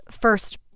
first